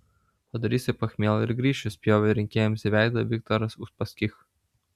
padarysiu pachmielą ir grįšiu spjovė rinkėjams į veidą viktoras uspaskich